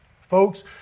folks